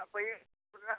ᱯᱟᱹᱦᱤᱞ ᱠᱚᱨᱮᱱᱟᱜ